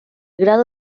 grado